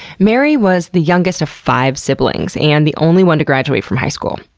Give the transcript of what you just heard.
mary was the youngest of five siblings and the only one to graduate from high school.